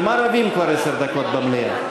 אז על מה רבים כבר עשר דקות במליאה,